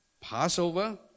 Passover